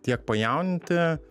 tiek pajauninti